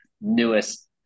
newest